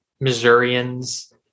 Missourians